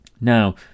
Now